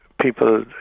people